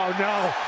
no.